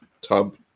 tub